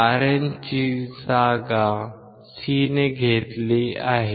Rin ची जागा C ने घेतली आहे